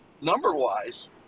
number-wise